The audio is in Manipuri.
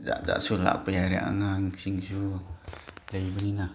ꯖꯥꯠ ꯖꯥꯠꯁꯨ ꯂꯥꯛꯄ ꯌꯥꯔꯦ ꯑꯉꯥꯡꯁꯤꯡꯁꯨ ꯂꯩꯕꯅꯤꯅ